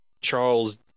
Charles